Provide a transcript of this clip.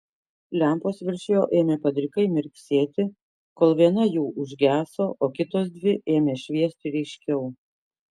lempos virš jo ėmė padrikai mirksėti kol viena jų užgeso o kitos dvi ėmė šviesti ryškiau